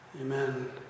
Amen